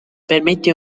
permette